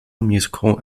musical